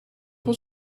was